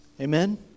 Amen